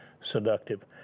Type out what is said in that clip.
seductive